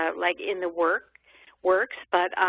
ah like in the works works but